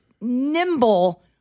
nimble